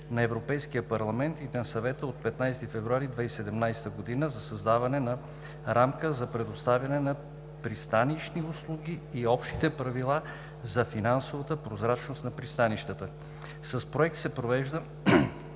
на Европейския парламент и на Съвета от 15 февруари 2017 г. за създаване на рамка за предоставянето на пристанищни услуги и общите правила за финансовата прозрачност на пристанищата. С Проекта се привеждат